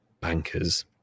bankers